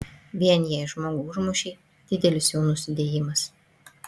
vien jei žmogų užmušei didelis jau nusidėjimas